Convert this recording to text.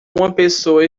pessoa